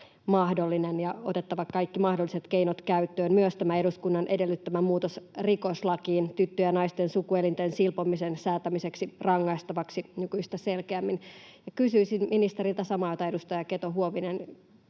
mahdollinen ja otettava kaikki mahdolliset keinot käyttöön, myös eduskunnan edellyttämä muutos rikoslakiin tyttöjen ja naisten sukuelinten silpomisen säätämiseksi rangaistavaksi nykyistä selkeämmin. Kysyisin ministeriltä samaa kuin myös edustaja Keto-Huovinen